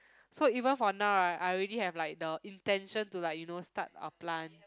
so even for now right I already have like the intention to like you know start a plant